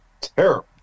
terrible